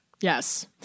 Yes